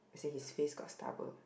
as in his face got stubble